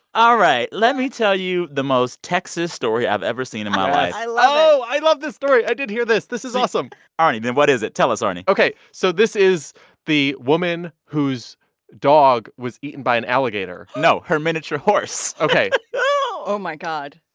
all right, let me tell you the most texas story i've ever seen in my life i love it oh, i love this story. i did hear this. this is awesome arnie, then what is it? tell us, arnie ok. so this is the woman whose dog was eaten by an alligator no, her miniature horse ok oh, my god,